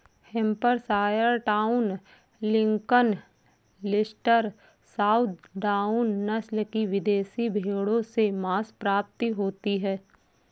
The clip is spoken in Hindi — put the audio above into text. Hampshire down, Lincoln, Leicester, southdown, नस्ल की विदेशी भेंड़ों से माँस प्राप्ति होती है